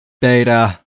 beta